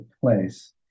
place